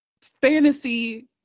fantasy